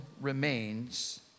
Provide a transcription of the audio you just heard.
remains